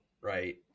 right